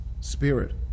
spirit